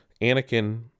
Anakin